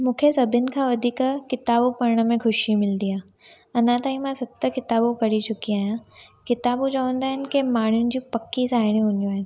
मूंखे सभिनि खां वधीक किताबु पढ़ण में ख़ुशी मिलंदी आहे अञा ताईं मां सत किताब पढ़ी चुकी आहियां किताबूं चवंदा आहिनि की माण्हुनि जी पकी साहेड़ियूं हूंदियूं आहिनि